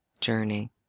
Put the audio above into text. journey